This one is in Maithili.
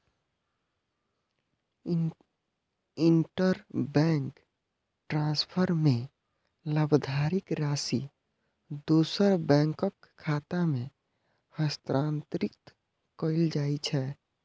इंटरबैंक ट्रांसफर मे लाभार्थीक राशि दोसर बैंकक खाता मे हस्तांतरित कैल जाइ छै